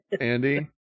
Andy